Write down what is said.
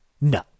no